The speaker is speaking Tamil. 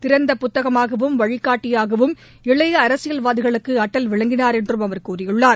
திறந்த புத்தகமாகவும் வழிகாட்டியாகவும் இளைய அரசியல்வாதிகளுக்கு அடல் விளங்கினார் என்றும் அவர் கூறியுள்ளார்